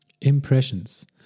Impressions